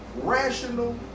rational